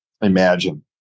Imagine